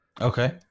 Okay